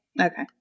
okay